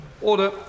Order